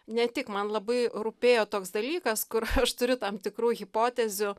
ne tik man labai rūpėjo toks dalykas kur aš turiu tam tikrų hipotezių